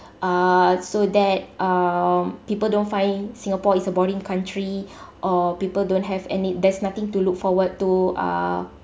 uh so that um people don't find singapore is a boring country or people don't have any there's nothing to look forward to uh